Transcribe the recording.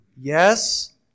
yes